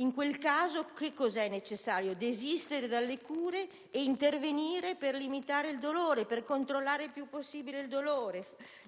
In quel caso, che cosa è necessario? Desistere dalle cure e intervenire per limitare il dolore e controllarlo il più possibile; inserire